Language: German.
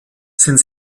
sind